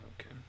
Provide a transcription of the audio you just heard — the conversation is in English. okay